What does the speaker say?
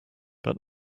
but